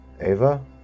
Ava